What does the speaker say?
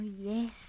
Yes